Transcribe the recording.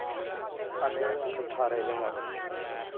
ᱟᱞᱮᱭᱟᱜ ᱴᱚᱴᱷᱟᱨᱮ ᱡᱮᱢᱚᱱ